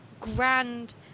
grand